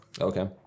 okay